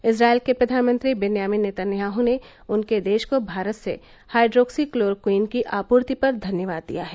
इन्नाइल के प्रधानमंत्री देन्यामिन नेतन्याह ने उनके देश को भारत से हाइड्रोक्सीक्लोरोक्विन की आपूर्ति पर धन्यवाद दिया है